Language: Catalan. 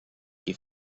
qui